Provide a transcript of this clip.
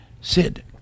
Sid